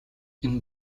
энэ